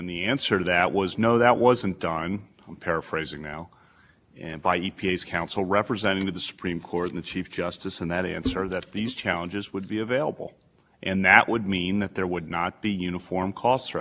possibility of as applied challenges in which a successful as applied challenge would have a different cost threshold for a particular state than other states have correct i would i would not go so far i would say that the